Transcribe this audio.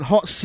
Hot